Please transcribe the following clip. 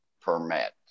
permit